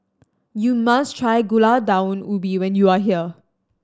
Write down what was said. you must try Gulai Daun Ubi when you are here